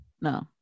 No